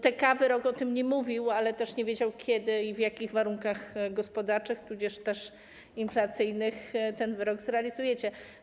TK w wyroku o tym nie mówił, ale też nie wiedział, kiedy i w jakich warunkach gospodarczych, tudzież inflacyjnych, ten wyrok zrealizujecie.